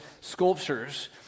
sculptures